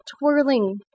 twirling